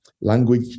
Language